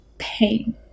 pain